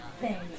Thanks